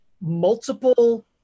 multiple